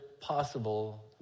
Possible